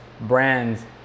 brands